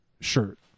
shirt